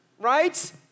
right